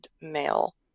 male